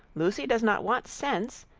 lucy does not want sense,